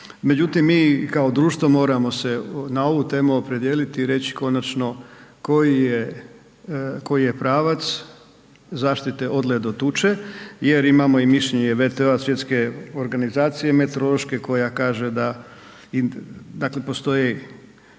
međutim mi kao društvo moramo se na ovu temu opredijeliti i reći konačno koji je, koji je pravac zaštite od ledotuče jer imamo mišljenje i VTO-a svjetske organizacije meteorološke koja kaže da, dakle